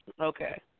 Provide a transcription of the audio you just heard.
Okay